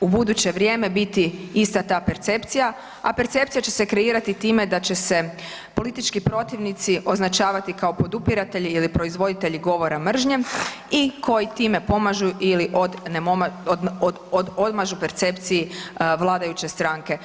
u buduće vrijeme biti ista ta percepcija, a percepcija će se kreirati time da će politički protivnici označavati kao podupratelji ili proizvoditelji govora mržnje i koji time pomažu ili odmažu percepciji vladajuće stranke.